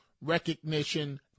recognition